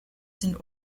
sind